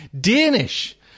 Danish